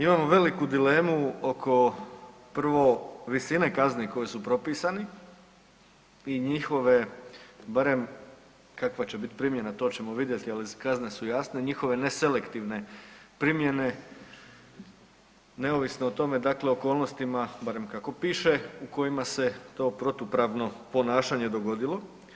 Imamo veliku dilemu oko prvo visine kazni koje su propisani i njihove barem, kakva će biti primjena to ćemo vidjeti ali kazne su jasne, njihove neselektivne primjene neovisno o tome dakle okolnostima, barem kako piše, u kojima se to protupravno ponašanje dogodilo.